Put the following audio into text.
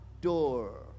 door